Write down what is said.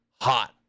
hot